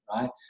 Right